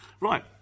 Right